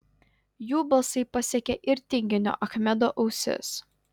jų balsai pasiekė ir tinginio achmedo ausis